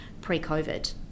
pre-COVID